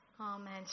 Amen